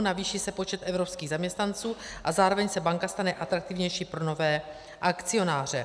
Navýší se počet evropských zaměstnanců, a zároveň se banka stane atraktivnější pro nové akcionáře.